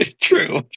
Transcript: true